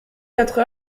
quatre